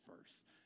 first